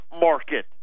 market